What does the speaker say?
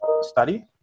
Study